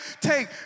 take